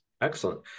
excellent